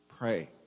Pray